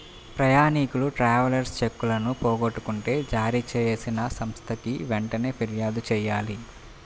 ప్రయాణీకులు ట్రావెలర్స్ చెక్కులను పోగొట్టుకుంటే జారీచేసిన సంస్థకి వెంటనే పిర్యాదు చెయ్యాలి